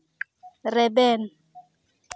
ᱨᱮᱵᱮᱱ